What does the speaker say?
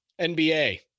NBA